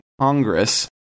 Congress